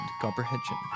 comprehension